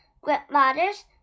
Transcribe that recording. grandmothers